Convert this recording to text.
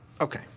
Okay